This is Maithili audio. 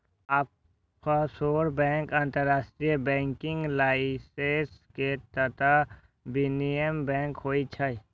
ऑफसोर बैंक अंतरराष्ट्रीय बैंकिंग लाइसेंस के तहत विनियमित बैंक होइ छै